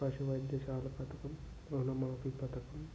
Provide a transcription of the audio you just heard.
పశు వైద్యశాల పథకం రుణ మాఫీ పథకం